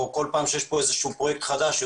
או כל פעם כשדיש כאן פרויקט חדש,